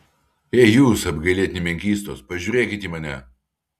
ei jūs apgailėtini menkystos pažiūrėkit į mane